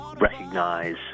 recognize